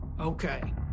okay